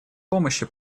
помощи